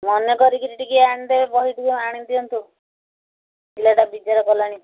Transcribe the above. ମନେ କରିକିରି ଟିକେ ଆଣିଦେବେ ବହିଟିକ ଆଣି ଦିଅନ୍ତୁ ପିଲାଟା ବିଜାର କଲାଣି